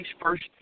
first